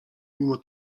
mimo